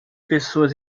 pessoas